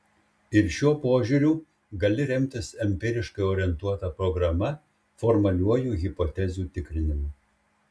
ir šiuo požiūriu gali remtis empiriškai orientuota programa formaliuoju hipotezių tikrinimu